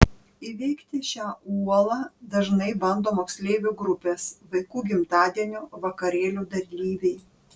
įveikti šią uolą dažnai bando moksleivių grupės vaikų gimtadienių vakarėlių dalyviai